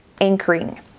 anchoring